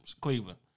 Cleveland